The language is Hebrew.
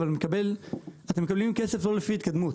אבל אתם מקבלים כסף לא לפי התקדמות.